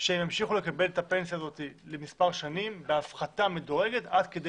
שהם ימשיכו לקבל את הפנסיה הזאת למספר שנים בהפחתה מדורגת עד כדי